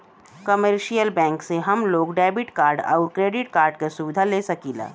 commercial bank से हम लोग डेबिट कार्ड आउर क्रेडिट कार्ड क सुविधा ले सकीला